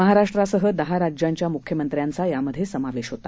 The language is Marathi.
महाराष्ट्रासह दहा राज्यांच्या मुख्यमंत्र्यांचा यामध्ये समावेश होता